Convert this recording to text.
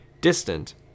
distant